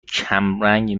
کمرنگ